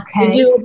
Okay